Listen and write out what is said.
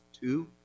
two